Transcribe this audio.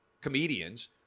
comedians